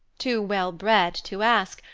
too well-bred to ask,